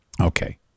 okay